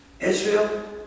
Israel